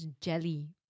jelly